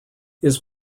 his